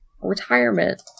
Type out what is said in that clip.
retirement